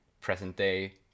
present-day